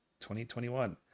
2021